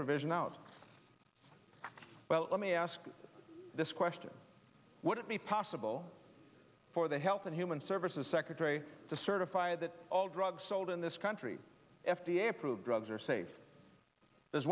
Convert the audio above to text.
provision out well let me ask you this question what it means possible for the health and human services secretary to certify that all drugs sold in this country f d a approved drugs are safe there's